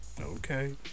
Okay